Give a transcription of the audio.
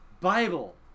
Bible